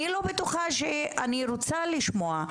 אני לא בטוחה שאני רוצה לשמוע.